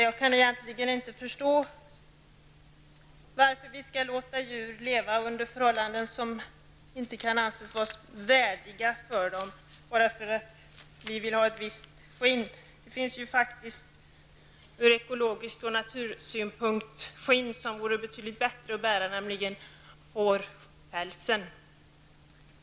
Jag kan egentligen inte förstå varför vi skall låta djur leva under förhållanden som inte kan anses vara värdiga för dem bara för att vi vill ha ett visst skinn. Det finns ju faktiskt ur ekologisk synpunkt och ur natursynpunkt ett skinn som borde vara bättre att bära, nämligen fårpälsen.